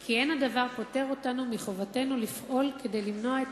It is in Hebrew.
כי אין הדבר פוטר אותנו מחובתנו לפעול כדי למנוע את